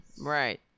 right